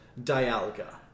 Dialga